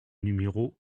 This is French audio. numéro